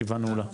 הישיבה נעולה.